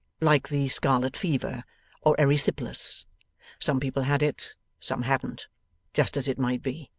like the scarlet fever or erysipelas some people had it some hadn't just as it might be.